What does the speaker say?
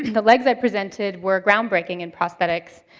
the legs i presented were groundbreaking in prosthetics.